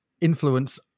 influence